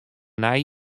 nei